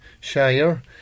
Shire